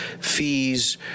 fees